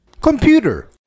Computer